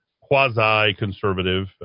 quasi-conservative